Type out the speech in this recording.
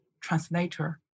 translator